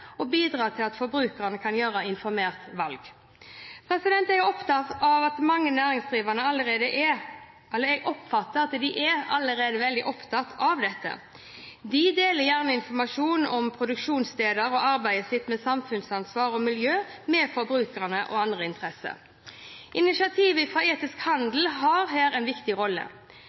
og bidra til at forbrukerne kan gjøre informerte valg. Jeg oppfatter at mange næringsdrivende allerede er opptatt av dette. De deler gjerne informasjon om produksjonssteder og arbeidet sitt med samfunnsansvar og miljø med forbrukere og andre interessenter. Initiativ for etisk handel har her en viktig rolle.